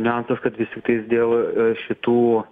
niuansas kad vis tiktais dėl šitų